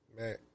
Man